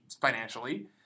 financially